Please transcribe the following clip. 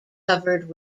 covered